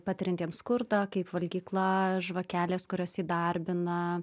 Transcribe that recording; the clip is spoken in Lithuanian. patiriantiems skurdą kaip valgykla žvakelės kurios įdarbina